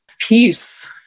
peace